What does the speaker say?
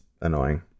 annoying